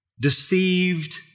deceived